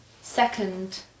second